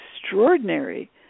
extraordinary